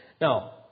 Now